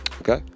Okay